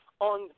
on